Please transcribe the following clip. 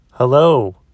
Hello